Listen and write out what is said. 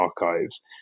archives